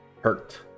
hurt